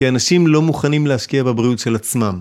כי אנשים לא מוכנים להשקיע בבריאות של עצמם.